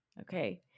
Okay